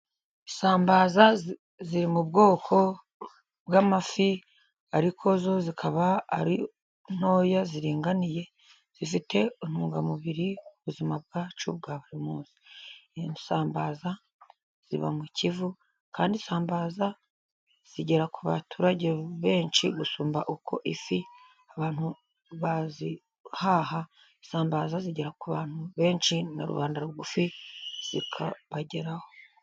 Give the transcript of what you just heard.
Isambaza ziri mu bwoko bw'amafi, ariko zo zikaba ari ntoya ziringaniye, zifite intungamubiri mu buzima bwacu bwa buriri munsi, insambaza ziba mu Kivu kandi isambaza zigera ku baturage benshi gusumba uko isi abantu bazihaha, isambaza zigera ku bantu benshi na rubanda rugufi zikabageraho.